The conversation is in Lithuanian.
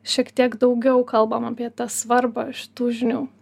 šiek tiek daugiau kalbama apie tą svarbą šitų žinių